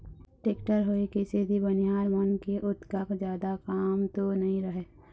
tractor होय के सेती बनिहार मन के ओतका जादा काम तो नइ रहय